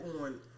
on